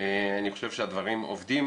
אני חושב שהדברים עובדים.